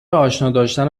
آشناداشتن